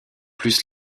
plus